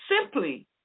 simply